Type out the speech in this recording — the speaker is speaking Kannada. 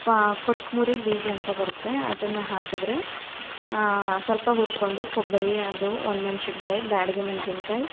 ಕೋ ಕೊತ್ತಂಬರಿ ಬೀಜ ಅಂತ ಬರುತ್ತೆ ಅದನ್ನು ಹಾಕಿದ್ರೆ ಸ್ವಲ್ಪ ಹುರ್ಕೊಂಡು ಕೊಬ್ಬರಿ ಅದು ಒಣ ಮೆಣಸಿನ್ಕಾಯಿ ಬ್ಯಾಡ್ಗೆ ಮೆಣಸಿನ್ಕಾಯಿ